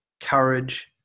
courage